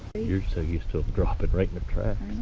your so you still drop it right in the traffic